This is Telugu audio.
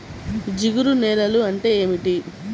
జిగురు నేలలు అంటే ఏమిటీ?